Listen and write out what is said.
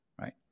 right